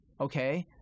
okay